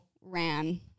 ran